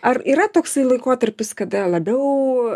ar yra toksai laikotarpis kada labiau